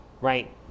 right